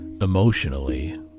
emotionally